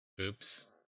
Oops